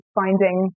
finding